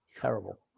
Terrible